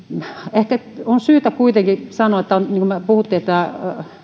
ehkä on syytä kuitenkin sanoa niin kuin me puhuimme että